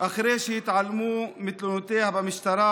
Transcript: אחרי שהתעלמו מתלונותיה במשטרה,